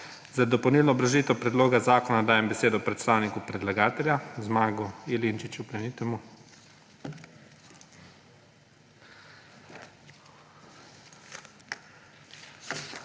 Za dopolnilno obrazložitev predloga zakona dajem besedo predstavniku predlagatelja Zmagu Jelinčiču Plemenitemu.